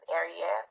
area